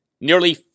Nearly